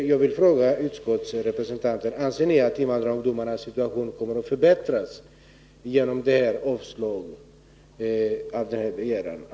Jag vill fråga utskottets representanter: Anser ni att invandrarungdomarnas situation kommer att förbättras genom denna avstyrkan av ungdomsrådets begäran?